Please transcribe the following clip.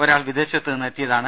ഒരാൾ വിദേശത്ത് നിന്ന് എത്തിയതാണ്